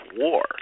war